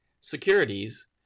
securities